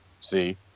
See